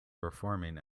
performing